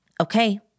Okay